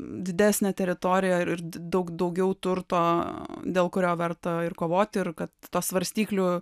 didesnę teritoriją ir daug daugiau turto dėl kurio verta ir kovoti ir kad tos svarstyklių